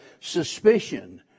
suspicion